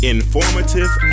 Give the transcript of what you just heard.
Informative